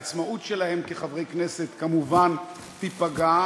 העצמאות שלהם כחברי כנסת כמובן תיפגע,